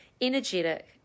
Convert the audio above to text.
energetic